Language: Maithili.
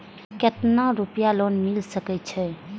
केतना रूपया लोन मिल सके छै?